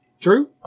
True